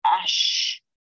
ash